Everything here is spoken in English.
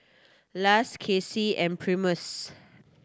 Lars Kacy and Primus